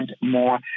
more